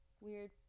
weird